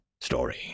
story